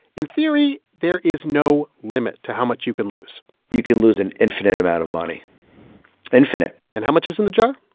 in theory, there is no limit to how much you can lose you can lose an infinite amount of money infinite and how much is in the jar?